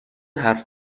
حرف